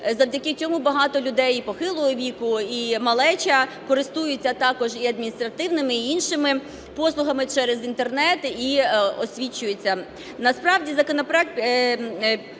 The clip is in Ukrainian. завдяки цьому багато людей і похилого віку, і малеча користуються також і адміністративними, і іншими послугами через інтернет і освітчуються. Насправді законопроект